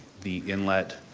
the inlet,